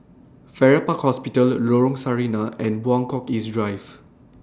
Farrer Park Hospital Lorong Sarina and Buangkok East Drive